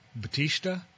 Batista